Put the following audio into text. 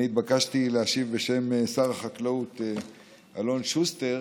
התבקשתי להשיב בשם שר החקלאות אלון שוסטר,